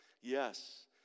Yes